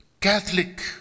Catholic